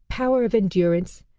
power of endurance,